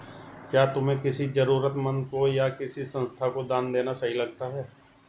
क्या तुम्हें किसी जरूरतमंद को या किसी संस्था को दान देना सही लगता है?